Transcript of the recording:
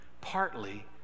Partly